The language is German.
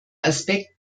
aspekt